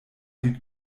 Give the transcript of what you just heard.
die